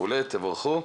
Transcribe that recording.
תבורכו.